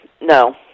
no